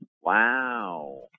Wow